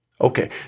Okay